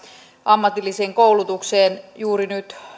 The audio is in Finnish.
ammatilliseen koulutukseen juuri nyt